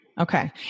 Okay